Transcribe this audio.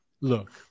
Look